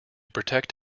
protect